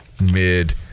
mid